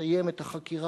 לסיים את החקירה.